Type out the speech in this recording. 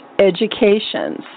educations